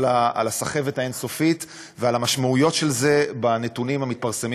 על הסחבת האין-סופית ועל המשמעויות של זה בנתונים המתפרסמים